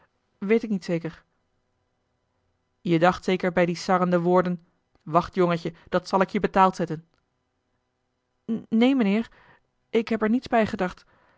weet ik niet zeker je dacht zeker bij die sarrende woorden wacht jongetje dat zal ik je betaald zetten neen mijnheer ik heb er niets bij gedacht